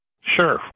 Sure